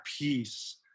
peace